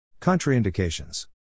Contraindications